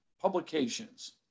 publications